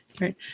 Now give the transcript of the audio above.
Right